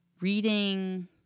reading